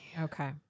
Okay